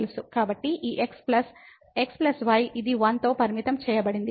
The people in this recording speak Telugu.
కాబట్టి ఈ x ప్లస్ | x y | ఇది 1 తో పరిమితం చేయబడింది